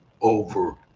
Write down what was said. over